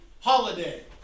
holiday